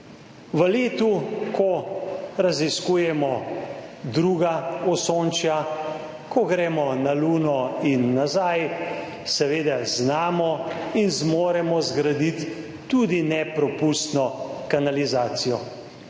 V letu, ko raziskujemo druga osončja, ko gremo na Luno in nazaj, seveda znamo in zmoremo zgraditi tudi nepropustno kanalizacijo.